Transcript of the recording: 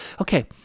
Okay